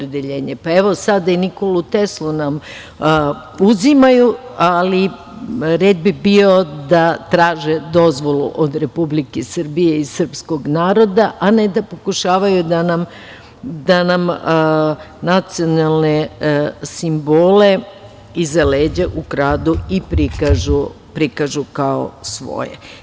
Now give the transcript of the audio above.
Evo sada i Nikolu Teslu nam uzimaju, ali red bi bio da traže dozvolu od Republike Srbije i srpskog naroda, a ne da pokušavaju da nam nacionalne simbole iza leđa ukradu i prikažu kao svoje.